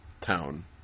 Town